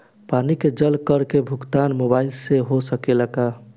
पानी के जल कर के भुगतान मोबाइल से हो सकेला का?